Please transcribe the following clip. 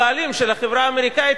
הבעלים של החברה האמריקנית,